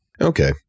Okay